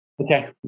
Okay